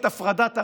הברית.